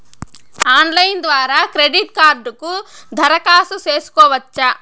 Online ద్వారా credit కార్డుకు దరఖాస్తు సేసుకోవచ్చా?